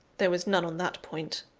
there was none on that point,